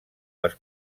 les